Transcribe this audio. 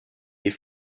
est